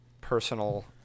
personal